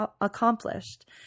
accomplished